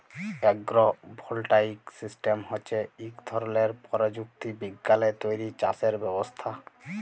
agro voltaic system হছে ইক ধরলের পরযুক্তি বিজ্ঞালে তৈরি চাষের ব্যবস্থা